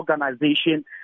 organization